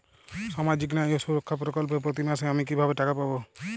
সামাজিক ন্যায় ও সুরক্ষা প্রকল্পে প্রতি মাসে আমি কিভাবে টাকা পাবো?